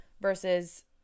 versus